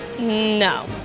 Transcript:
no